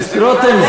חבר הכנסת רותם,